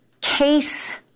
case